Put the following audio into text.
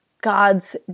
God's